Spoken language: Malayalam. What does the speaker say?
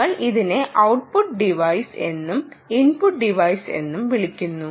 ഞങ്ങൾ ഇതിനെ ഔട്ട്പുട്ട് ടിവൈസ് എന്നും ഇൻപുട്ട് ടിവൈസ് എന്നും വിളിക്കുന്നു